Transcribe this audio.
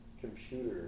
computer